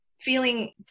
feeling